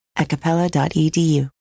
acapella.edu